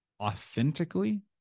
authentically